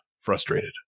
frustrated